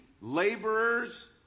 laborers